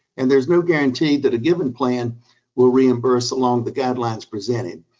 and there's no guarantee that a given plan will reimburse along the guidelines presented.